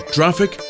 Traffic